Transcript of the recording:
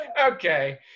Okay